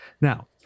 now